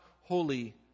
holy